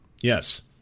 Yes